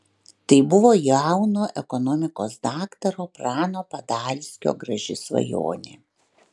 tai buvo jauno ekonomikos daktaro prano padalskio graži svajonė